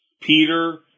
Peter